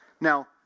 Now